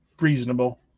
reasonable